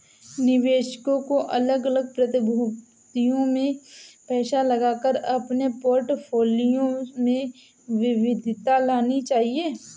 निवेशकों को अलग अलग प्रतिभूतियों में पैसा लगाकर अपने पोर्टफोलियो में विविधता लानी चाहिए